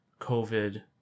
covid